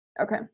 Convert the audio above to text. okay